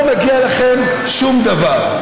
לא מגיע לכם שום דבר,